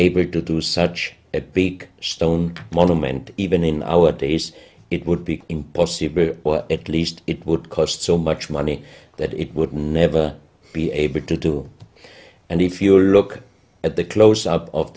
able to do such a big stone monument even in our days it would be impossible or at least it would cost so much money that it would never be able to do and if you look at the close up of